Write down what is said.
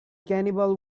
cannibal